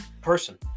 person